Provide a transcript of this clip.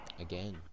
again